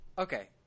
Okay